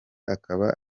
akaba